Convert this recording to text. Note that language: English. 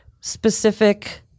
specific